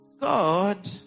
God